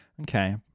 Okay